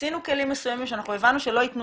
מיצינו כלים מסוימים שאנחנו הבנו שלא יתנו